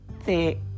thick